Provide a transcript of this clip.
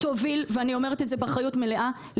אני אומרת את זה באחריות מלאה,